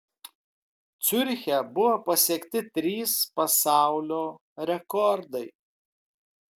ciuriche buvo pasiekti trys pasaulio rekordai